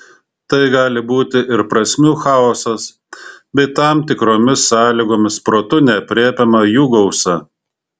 tai gali būti ir prasmių chaosas bei tam tikromis sąlygomis protu neaprėpiama jų gausa